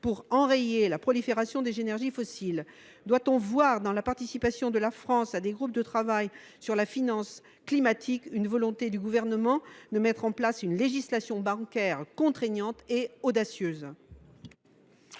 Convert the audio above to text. d’enrayer la prolifération des énergies fossiles ? Doit on voir dans la participation de la France à des groupes de travail sur la finance climatique une volonté du Gouvernement de mettre en place une législation bancaire contraignante et audacieuse ?